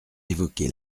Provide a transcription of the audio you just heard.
évoqué